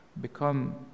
become